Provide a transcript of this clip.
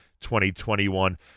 2021